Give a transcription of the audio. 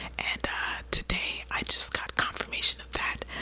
and today, i just got confirmation of that.